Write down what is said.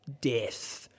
death